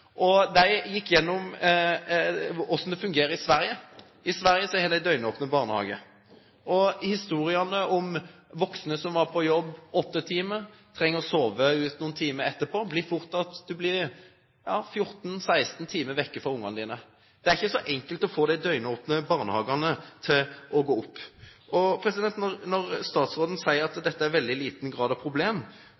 og de gikk gjennom hvordan det fungerer i Sverige. I Sverige har de døgnåpne barnehager, og det er historier om voksne som er på jobb i åtte timer, og som trenger å sove ut noen timer etterpå, og det blir fort til at du blir 14–16 timer borte fra ungene dine. Det er ikke så enkelt å få de døgnåpne barnehagene til å gå opp.